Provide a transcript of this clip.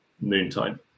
noontime